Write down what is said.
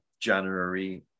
January